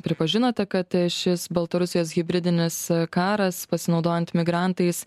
pripažinote kad šis baltarusijos hibridinis karas pasinaudojant migrantais